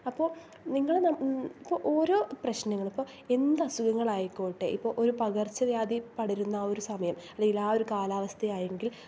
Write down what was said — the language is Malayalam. അപ്പോൾ നിങ്ങൾ ഇപ്പോൾ ഓരോ പ്രശ്നങ്ങൾ ഇപ്പോൾ എന്ത് അസുഖങ്ങളായിക്കോട്ടെ ഒരു പകർച്ച വ്യാധി പടരുന്ന ഒരു സമയം ആ ഒരു കാലാവസ്ഥ ആയെങ്കിൽ